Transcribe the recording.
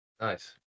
Nice